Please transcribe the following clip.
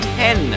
ten